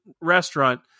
restaurant